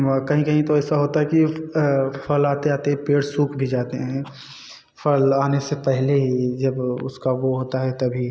और कहीं कहीं तो ऐसा होता है कि फल आते आते ही पेड़ सूख भी जाते हैं फल आने से पहले ही जब उसका वह होता है तभी